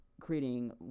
creating